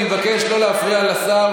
אני מבקש לא להפריע לשר,